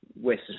West